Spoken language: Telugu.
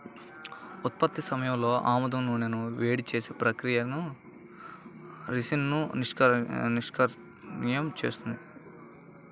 ఉత్పత్తి సమయంలో ఆముదం నూనెను వేడి చేసే ప్రక్రియ రిసిన్ను నిష్క్రియం చేస్తుంది